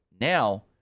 Now